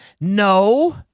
no